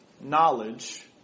knowledge